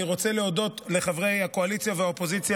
אני רוצה להודות לחברי הקואליציה והאופוזיציה